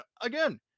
again